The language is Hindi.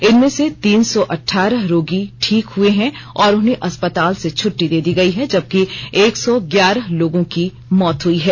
इनमें से तीन सौ अठारह रोगी ठीक हुए हैं और उन्हें अस्पताल से छुट्टी दे दी गई है जबकि एक सौ ग्याहर लोगों की मौत हुई है